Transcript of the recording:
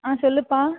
ஆ சொல்லுப்பா